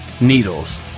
needles